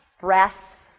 breath